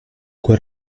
quel